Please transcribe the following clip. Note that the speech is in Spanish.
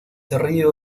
río